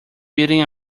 beating